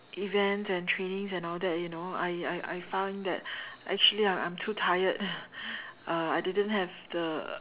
events and trainings and all that you know I I I found that actually I'm I'm too tired uh I didn't have the